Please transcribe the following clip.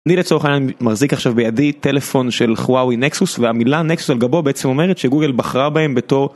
אני לצורך העניין מחזיק עכשיו בידי טלפון של הוואי נקסוס והמילה נקסוס על גבו בעצם אומרת שגוגל בחרה בהם בתור.